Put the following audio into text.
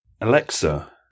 Alexa